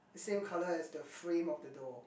the same colour as the frame of the door